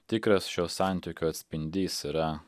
tikras šio santykio atspindys yra